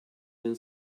den